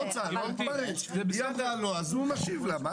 הוא משיב לה.